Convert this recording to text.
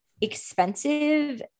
expensive